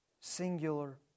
singular